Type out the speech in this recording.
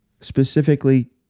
specifically